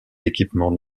équipements